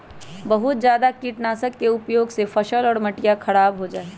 बहुत जादा कीटनाशक के उपयोग से फसल और मटिया खराब हो जाहई